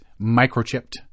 microchipped